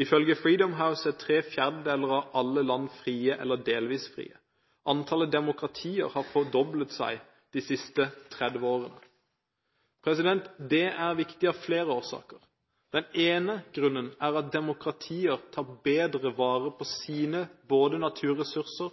Ifølge Freedom House er tre fjerdedeler av alle land frie eller delvis frie. Antallet demokratier har fordoblet seg de siste 30 årene. Det er viktig av flere årsaker. Den ene grunnen er at demokratier tar bedre vare på både sine naturressurser